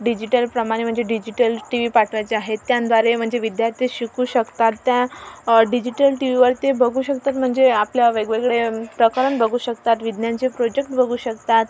डिजिटलप्रमाणे म्हणजे digital T V पाठवायचे आहे त्यांद्वारे म्हणजे विद्या र्थी शिकू शकतात त्या डिजिटल टीव्हीवर ते बघू शकतात म्हणजे आपल्या वेगवेगळे प्रकरण बघू शकतात विज्ञानचे प्रोजेक्ट बघू शकतात